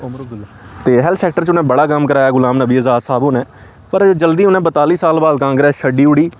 ते health sector च उ'नें बड़ा कम्म कराया गुलाम नबी अजाद साह्ब होरें पर जल्दी उ'नें बताली साल बाद कांग्रेस छड्डी ओड़ी